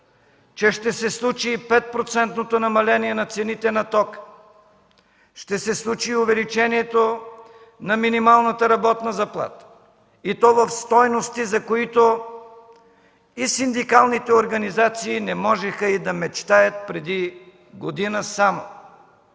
че ще се случи и 5-процентното намаление на цените на тока, ще се случи и увеличението на минималната работна заплата и то в стойности, за които и синдикалните организации не можеха и да мечтаят преди година само,